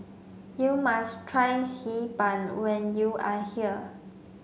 you must try xi ban when you are here